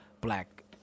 black